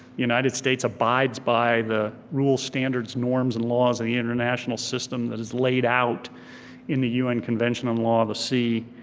united states abides by the rules, standards, norms, and laws of the international system that was laid out in the un convention on law of the sea.